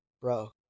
Bro